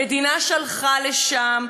המדינה שלחה אותם לשם,